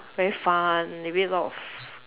very fun maybe a lot of